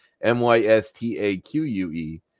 M-Y-S-T-A-Q-U-E